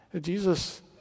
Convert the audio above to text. Jesus